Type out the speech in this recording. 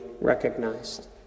recognized